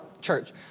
church